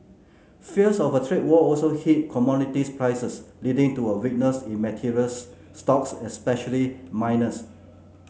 fears of a trade war also hit commodities prices leading to a weakness in materials stocks especially miners